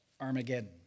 Armageddon